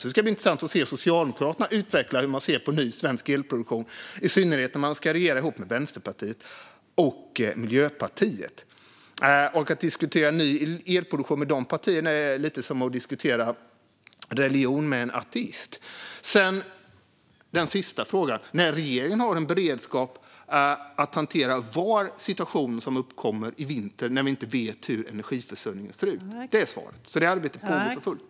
Det ska bli intressant att se Socialdemokraterna utveckla hur man ser på ny svensk elproduktion, i synnerhet när man ska regera ihop med Vänsterpartiet och Miljöpartiet. Att diskutera ny elproduktion med de partierna är lite som att diskutera religion med en ateist. Sedan är det den sista frågan. Nej, regeringen har en beredskap för att hantera var situation som uppkommer i vinter när vi inte vet hur energiförsörjningen ser ut. Det är svaret. Det arbetet pågår för fullt.